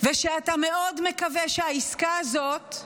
ושאתה מקווה מאוד שהעסקה הזאת,